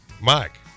Mike